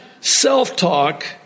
self-talk